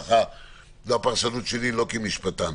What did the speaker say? זאת הפרשנות שלי לא כמשפטן.